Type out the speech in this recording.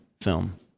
film